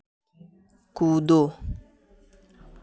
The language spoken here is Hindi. कूदो